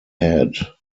head